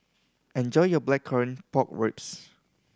enjoy your Blackcurrant Pork Ribs